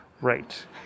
Right